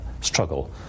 struggle